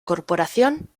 corporación